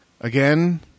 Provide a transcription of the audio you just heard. again